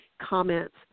comments